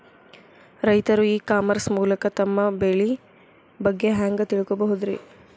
ರೈತರು e commerce ಮೂಲಕ ತಮ್ಮ ಬೆಳಿ ಬಗ್ಗೆ ಹ್ಯಾಂಗ ತಿಳ್ಕೊಬಹುದ್ರೇ?